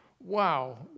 Wow